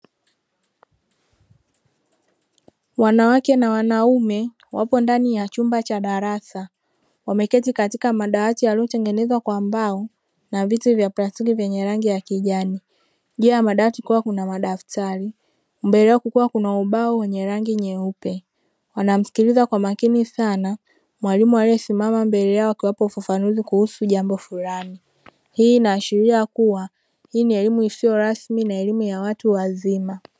Wanawake na wanaume wapo ndani ya chumba cha darasa, wameketi katika madawati yaliyotengenezwa kwa mbao, na viti vya plastiki vyenye rangi ya kijani. Juu ya madawati kuwa kuna madaftari, mbele yako kuwa kuna ubao wenye rangi nyeupe, wanamsikiliza kwa makini sana mwalimu aliyesimama mbele yao akiwapa ufafanuzi kuhusu jambo fulani. Hii inaashiria kuwa hii ni elimu isiyo rasmi na elimu ya watu wazima.